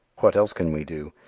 what else can we do?